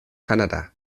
kanada